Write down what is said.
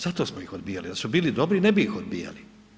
Zato smo ih odbijali, da su bili dobri, ne bi ih odbijali.